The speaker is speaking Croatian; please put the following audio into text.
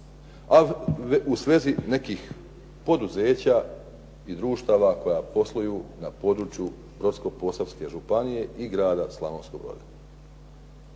a u svezi nekih poduzeća i društava koja posluju na području Brodsko-posavske županije i grada Slavonskog Broda.